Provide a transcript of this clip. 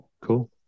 Cool